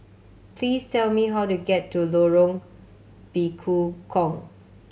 please tell me how to get to Lorong Bekukong